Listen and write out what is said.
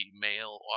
male